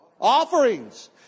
Offerings